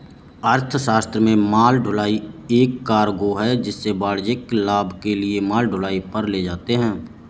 अर्थशास्त्र में माल ढुलाई एक कार्गो है जिसे वाणिज्यिक लाभ के लिए माल ढुलाई पर ले जाते है